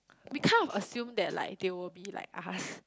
we kind of assume that like they will be like us